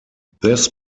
this